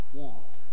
want